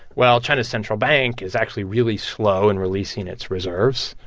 well, china's central bank is actually really slow in releasing its reserves.